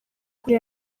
kure